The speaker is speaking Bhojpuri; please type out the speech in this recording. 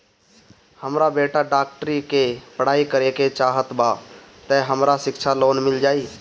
हमर बेटा डाक्टरी के पढ़ाई करेके चाहत बा त हमरा शिक्षा ऋण मिल जाई?